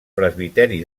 presbiteri